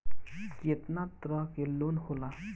केतना तरह के लोन होला?